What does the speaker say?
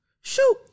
shoot